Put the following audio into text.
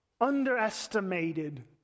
underestimated